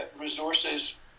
resources